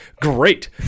Great